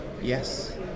yes